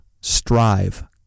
Strive